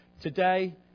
Today